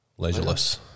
Leisureless